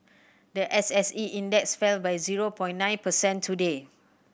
the S SE Index fell by zero point nine percent today